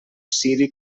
ciri